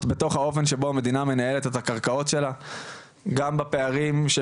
באופן שבו המדינה מנהלת את הקרקעות שלה גם בפערים של